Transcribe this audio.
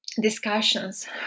discussions